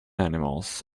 animals